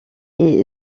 est